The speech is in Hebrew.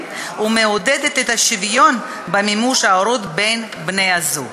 ומעודדת שוויון במימוש ההורות בין בני-הזוג.